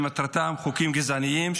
חוקים גזעניים,